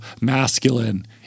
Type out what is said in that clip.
masculine